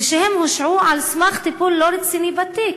ושהם הושעו על סמך טיפול לא רציני בתיק.